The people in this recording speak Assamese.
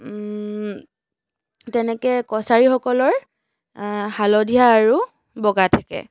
তেনেকৈ কছাৰীসকলৰ হালধীয়া আৰু বগা থাকে